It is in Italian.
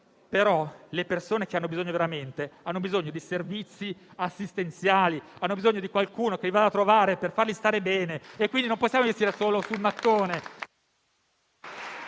però le persone che hanno bisogno veramente necessitano di servizi assistenziali, di qualcuno che li vada a trovare per farli stare bene e, quindi, non possiamo investire solo sul mattone.